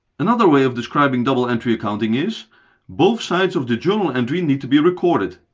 another way of describing double entry accounting is both sides of the journal entry need to be recorded.